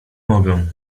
mogę